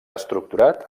estructurat